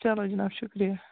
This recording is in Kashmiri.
چلو جِناب شُکریہ